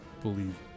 believe